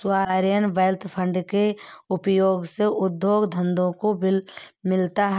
sovereign wealth fund के प्रयोग से उद्योग धंधों को बल मिलता है